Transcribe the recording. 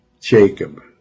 Jacob